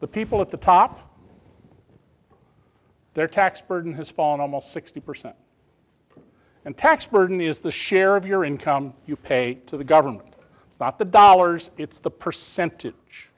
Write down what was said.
the people at the top of their tax burden has fallen almost sixty percent and tax burden is the share of your income you pay to the government not the dollars it's the percentage